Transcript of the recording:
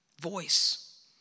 voice